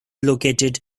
located